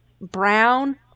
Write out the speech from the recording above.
brown